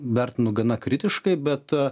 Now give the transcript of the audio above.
vertinu gana kritiškai bet